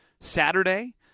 Saturday